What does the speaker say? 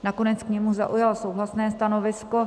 Nakonec k němu zaujal souhlasné stanovisko.